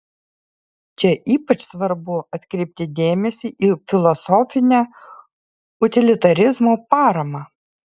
čia ypač svarbu atkreipti dėmesį į filosofinę utilitarizmo paramą